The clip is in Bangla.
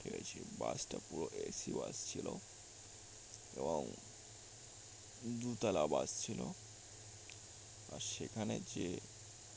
এসি বাস টা পুরো এসি বাস ছিল এবং দুতলা বাস ছিল আর সেখানে যে